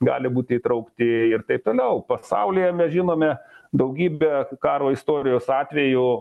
gali būti įtraukti ir taip toliau pasaulyje mes žinome daugybę karo istorijos atvejų